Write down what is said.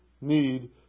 need